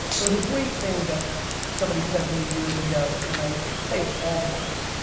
there's a great thing that somebody said to me years ago and i say it all the time,